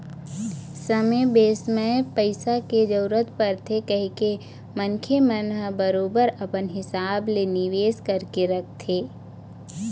समे बेसमय पइसा के जरूरत परथे कहिके मनखे मन ह बरोबर अपन हिसाब ले निवेश करके रखथे